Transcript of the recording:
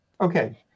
Okay